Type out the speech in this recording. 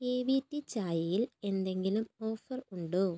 A V T ചായയിൽ എന്തെങ്കിലും offer ഉണ്ടോ